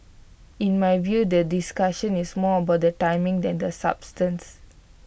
in my view the discussion is more about the timing than the substance